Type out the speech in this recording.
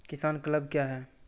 किसान क्लब क्या हैं?